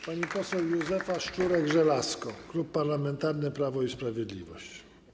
Pani poseł Józefa Szczurek-Żelazko, Klub Parlamentarny Prawo i Sprawiedliwość.